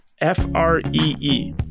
F-R-E-E